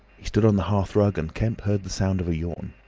he stood on the hearth rug and kemp heard the sound of a yawn.